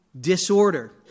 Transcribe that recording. disorder